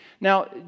Now